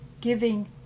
giving